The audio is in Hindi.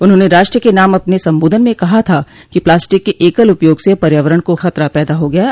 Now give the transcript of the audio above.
उन्होंने राष्ट्र के नाम अपने संबोधन में कहा था कि प्लास्टिक के एकल उपयोग से पर्यावरण को खतरा पैदा हो गया है